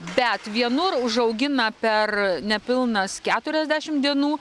bet vienur užaugina per nepilnas keturiasdešimt dienų